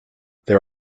there